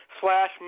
slash